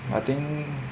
I think